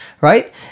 right